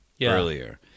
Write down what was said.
earlier